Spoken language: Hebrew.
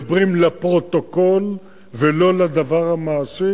מדברים לפרוטוקול ולא לדבר המעשי.